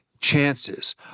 chances